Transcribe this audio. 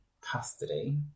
custody